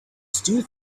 steal